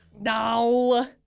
No